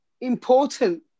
important